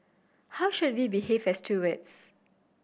how should we behave as towards